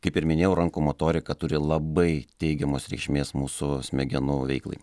kaip ir minėjau rankų motorika turi labai teigiamos reikšmės mūsų smegenų veiklai